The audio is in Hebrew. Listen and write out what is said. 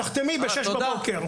תחתמי ב-6:00 בבוקר.